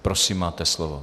Prosím máte slovo.